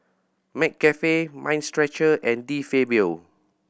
McCafe Mind Stretcher and De Fabio